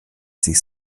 sich